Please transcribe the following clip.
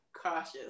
cautious